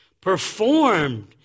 performed